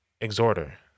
exhorter